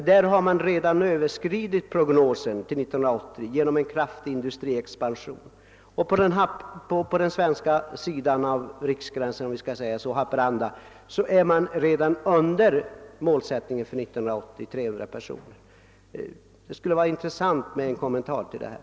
Där har man redan överskridit prognosen genom en kraftig industriexpansion. På den svenska sidan om riksgränsen, i Haparanda, är man redan under 1980 års målsättning, 300 personer. Det skulle vara intressant med en kommentar om detta.